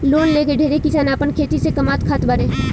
loan लेके ढेरे किसान आपन खेती से कामात खात बाड़े